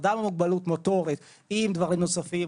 אדם עם מוגבלות מוטורית עם דברים נוספים,